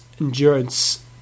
endurance